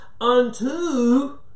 unto